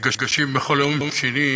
מגישים בכל יום שני,